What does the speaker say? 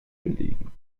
belegen